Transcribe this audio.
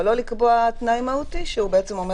אבל לא לקבוע תנאי מהותי שבעצם אומר